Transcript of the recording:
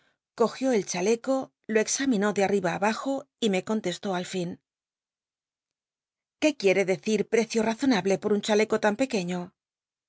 cogió el chaleco lo examinó de arriba ti abajo y me contestó al fin qué quiere decir precio razonable por un chaleco tan pequeño